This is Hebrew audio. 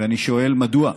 ואני שואל: מדוע?